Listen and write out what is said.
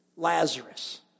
Lazarus